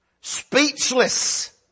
speechless